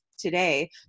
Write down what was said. Today